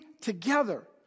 together